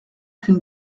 qu’une